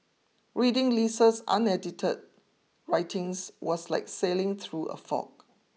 reading Lisa's unedited writings was like sailing through a fog